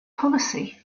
policy